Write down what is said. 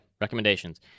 Recommendations